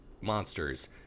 monsters